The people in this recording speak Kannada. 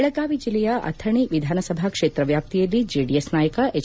ದೆಳಗಾವಿ ಜಿಲ್ಲೆಯ ಅಥಣಿ ವಿಧಾನಸಭಾ ಕ್ಷೇತ್ರ ವ್ಯಾಪ್ತಿಯಲ್ಲಿ ಜೆಡಿಎಸ್ ನಾಯಕ ಎಚ್